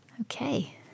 Okay